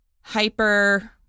hyper